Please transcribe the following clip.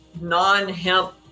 non-hemp